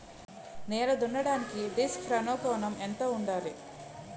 నేల దున్నడానికి disc furrow కోణం ఎంత ఉండాలి?